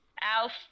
Alf